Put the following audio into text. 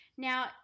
Now